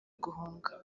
guhunga